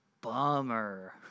Bummer